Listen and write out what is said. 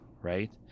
right